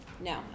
no